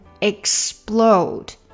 explode